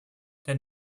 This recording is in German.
denn